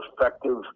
effective